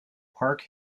park